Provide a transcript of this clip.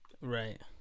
Right